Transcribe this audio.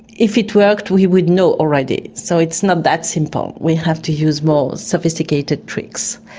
if it worked we would know already, so it's not that simple, we have to use more sophisticated tricks,